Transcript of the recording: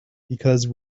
because